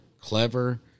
clever